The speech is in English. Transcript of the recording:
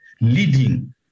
leading